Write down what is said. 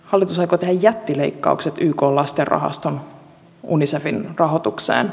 hallitus aikoo tehdä jättileikkaukset ykn lastenrahaston unicefin rahoitukseen